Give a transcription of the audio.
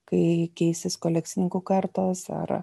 kai keisis kolekcininkų kartos ar